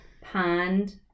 pond